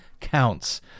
counts